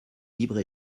libre